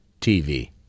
TV